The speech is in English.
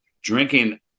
Drinking